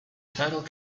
title